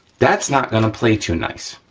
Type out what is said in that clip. that's not gonna play too nice,